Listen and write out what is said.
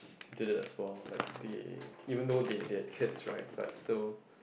did it as well like they even though they their kids right but still